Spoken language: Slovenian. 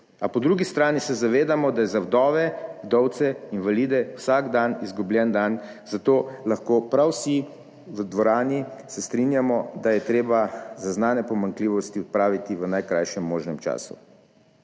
A po drugi strani se zavedamo, da je za vdove, vdovce, invalide vsak dan izgubljen dan, zato se lahko prav vsi v dvorani strinjamo, da je treba zaznane pomanjkljivosti odpraviti v najkrajšem možnem času.